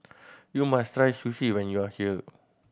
you must try Sushi when you are here